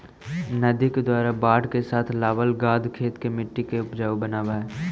नदि के द्वारा बाढ़ के साथ लावल गाद खेत के मट्टी के ऊपजाऊ बनाबऽ हई